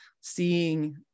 seeing